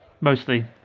mostly